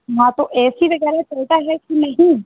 हाँ तो A C वग़ैरह चलता है कि नहीं